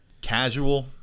Casual